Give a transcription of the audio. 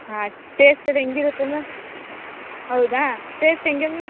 ಹಾಂ ಟೇಸ್ಟ್ ಅದು ಹೆಂಗ್ ಇರುತ್ತೆ ಮ್ಯಾಮ್ ಹೌದಾ ಟೇಸ್ಟ್ ಹೆಂಗೆ ಮ್ಯಾಮ್